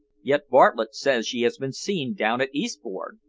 yet bartlett says she has been seen down at eastbourne.